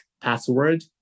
password